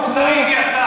אתה נמצא בתהום מוסרית.